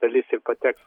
dalis ir pateks